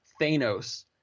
Thanos